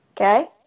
Okay